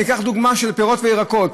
ניקח דוגמה של פירות וירקות,